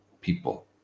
people